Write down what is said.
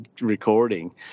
recording